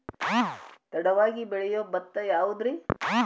ತಡವಾಗಿ ಬೆಳಿಯೊ ಭತ್ತ ಯಾವುದ್ರೇ?